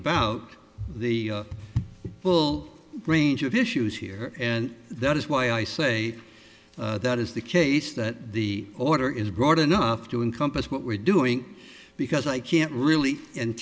about the full range of issues here and that is why i say that is the case that the order is broad enough to encompass what we're doing because i can't really and